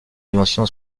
dimension